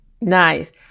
Nice